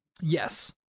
Yes